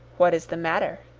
what is the matter?